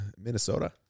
minnesota